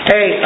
Hey